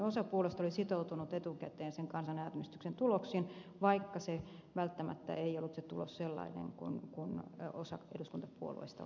osa puolueista oli sitoutunut etukäteen sen kansanäänestyksen tulokseen vaikka välttämättä se tulos ei ollut sellainen kuin osa eduskuntapuolueista olisi halunnut sen olevan